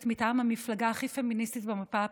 מטעם המפלגה הכי פמיניסטית במפה הפוליטית,